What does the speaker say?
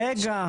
רגע.